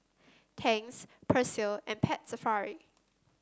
Tangs Persil and Pet Safari